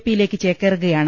P യിലേക്ക് ചേക്കേറുകയാണ്